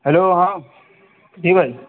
hello ہاں جی بھائی